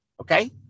okay